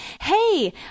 hey